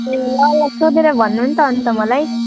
ए ल ल सोधेर भन्नु नि त अन्त मलाई